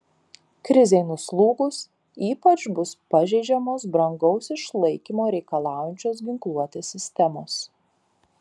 krizei nuslūgus ypač bus pažeidžiamos brangaus išlaikymo reikalaujančios ginkluotės sistemos